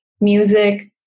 music